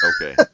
Okay